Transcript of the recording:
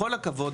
בכל הכבוד,